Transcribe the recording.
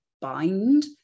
bind